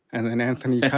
and then anthony yeah